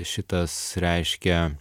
šitas reiškia